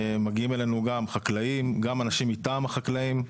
מגיעים אלינו גם חקלאים, גם אנשים מטעם החקלאים.